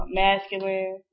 masculine